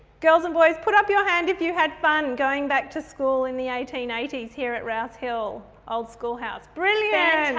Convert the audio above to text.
girls and boys put up your hand if you had fun going back to school in the eighteen eighty s here at rouse hill old school house, brilliant.